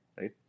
right